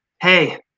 hey